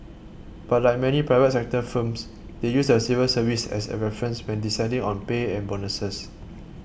but like many private sector firms they use the civil service as a reference when deciding on pay and bonuses